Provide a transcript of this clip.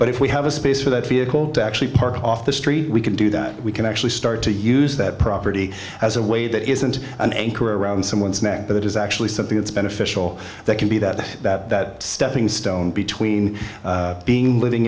but if we have a space for that vehicle to actually park off the street we can do that we can actually start to use that property as a way that isn't an anchor around someone's neck but it is actually something that's beneficial that can be that that that stepping stone between being living